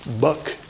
buck